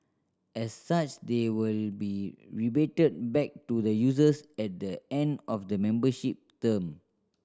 as such they will be rebated back to the users at the end of the membership term